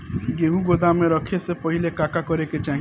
गेहु गोदाम मे रखे से पहिले का का करे के चाही?